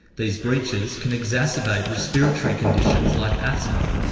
these breaches can exacerbate respiratory conditions like asthma.